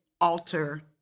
alter